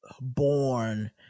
born